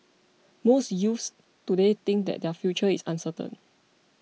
most youths today think that their future is uncertain